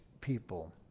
people